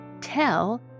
tell